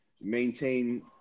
maintain